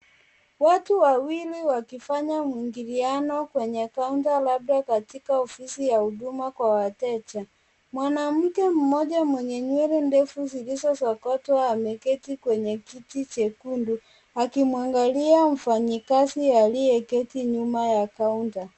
Watu wawili wakifanya wakifanya mwingiliano kwenye kaunta, labda katika ofisi ya huduma kwa wateja. Mwanamke mmoja mwenye nywele ndefu zilizo sokotwa ameketi kwenye kiti chekundu akimwangalia mfanyikazi alie keti nyuma ya kaunta.